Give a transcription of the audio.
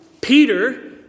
Peter